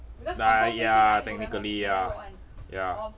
like ya technically ya ya